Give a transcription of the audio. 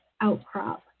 outcrop